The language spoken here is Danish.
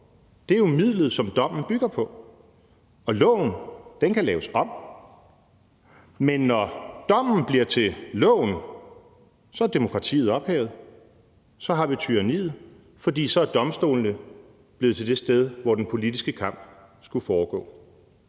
loven er jo midlet, som dommen bygger på, og loven kan laves om. Men når dommen bliver til loven, er demokratiet ophævet. Så har vi tyranniet, for så er domstolene blevet til det sted, hvor den politiske kamp foregår.